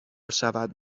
شود